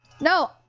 No